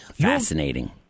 Fascinating